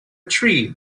tree